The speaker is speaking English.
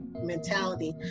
Mentality